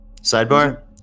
Sidebar